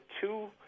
two